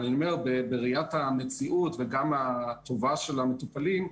בראיית המציאות וגם הטובה של המטופלים,